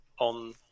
on